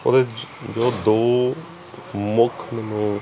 ਉਹਦੇ 'ਚ ਦੋ ਮੁੱਖ ਮੈਨੂੰ